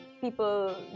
People